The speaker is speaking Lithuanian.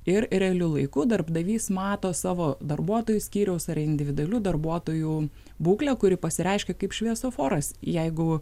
ir realiu laiku darbdavys mato savo darbuotojų skyriaus ar individualių darbuotojų būklę kuri pasireiškia kaip šviesoforas jeigu